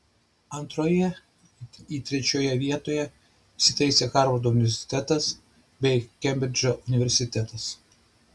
antroje į trečioje vietoje įsitaisė harvardo universitetas bei kembridžo universitetas